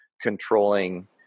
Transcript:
controlling